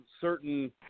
certain